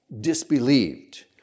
disbelieved